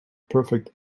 perfect